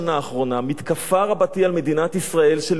מתקפה רבתי על מדינת ישראל של מיסיונריות.